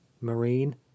marine